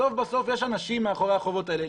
בסוף יש אנשים מאחורי החובות האלה.